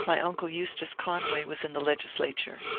my uncle eustace conway was in the legislature.